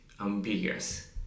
ambiguous